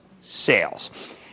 sales